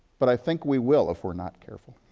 but i think we will if we're not careful.